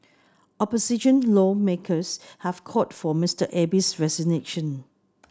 opposition lawmakers have called for Mister Abe's resignation